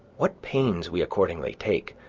what pains we accordingly take,